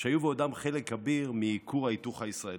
שהיו ועודם חלק כביר מכור ההיתוך הישראלי.